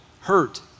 hurt